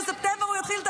בספטמבר הוא יתחיל,